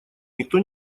никто